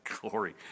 Glory